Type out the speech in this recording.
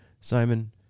Simon